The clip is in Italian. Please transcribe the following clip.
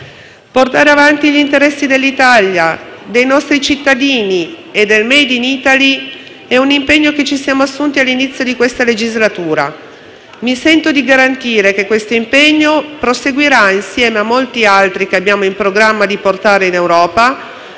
Portare avanti gli interessi dell'Italia, dei nostri cittadini e del *made in Italy* è un impegno che ci siamo assunti all'inizio di questa legislatura. Mi sento di garantire che questo impegno proseguirà, insieme a molti altri che abbiamo in programma di portare in Europa,